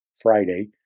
Friday